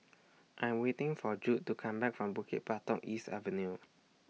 I Am waiting For Judd to Come Back from Bukit Batok East Avenue